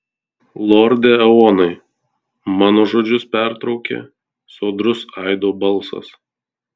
lorde eonai mano žodžius pertraukė sodrus aido balsas